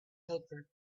helper